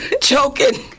choking